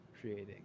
creating